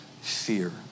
fear